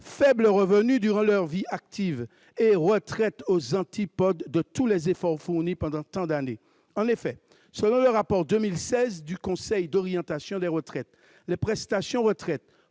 faibles revenus durant leur vie active et retraite aux antipodes de tous les efforts fournis pendant tant d'années ? Selon le rapport de 2016 du Conseil d'orientation des retraites, les prestations de retraite